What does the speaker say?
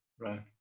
Right